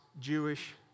Jewish